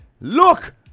Look